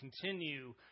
continue